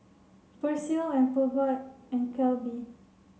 Persil and Peugeot and Calbee